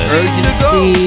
urgency